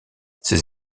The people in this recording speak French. ces